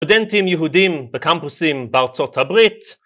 סטודנטים יהודים בקמפוסים בארצות הברית